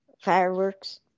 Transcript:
fireworks